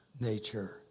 nature